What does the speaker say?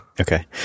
okay